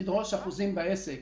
אחוזים בעסק.